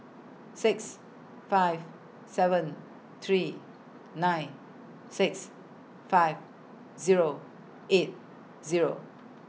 six five seven three nine six five Zero eight Zero